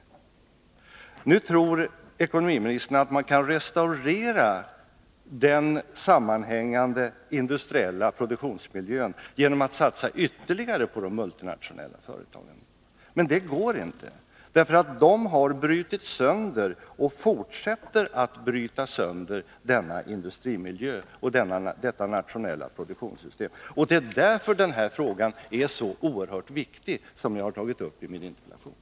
Nu tror ekonomiministern att man kan restaurera den sammanhängande industriella produktionsmiljön genom att satsa ytterligare på de multinationella företagen. Men det går inte, för de har brutit sönder och fortsätter att bryta sönder denna industrimiljö och detta nationella produktionssystem. Det är därför den fråga som jag har tagit upp i min interpellation är så oerhört viktig. tags investeringar utomlands